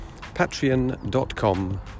patreon.com